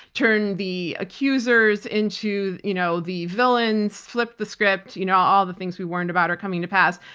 turn the accusers into you know the villains, flip the script. you know all the things we worried about are coming to pass.